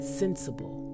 sensible